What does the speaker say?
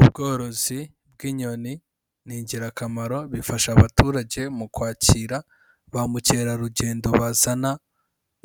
Ubworozi bw'inyoni ni ingirakamaro bifasha abaturage mu kwakira ba mukerarugendo bazana